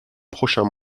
prochains